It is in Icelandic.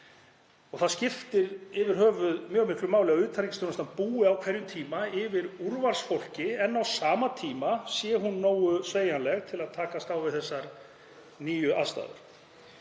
Það skiptir yfir höfuð mjög miklu máli að utanríkisþjónustan búi á hverjum tíma yfir úrvalsfólki, en á sama tíma sé hún nógu sveigjanleg til að takast á við þessar nýju aðstæður.